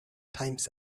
times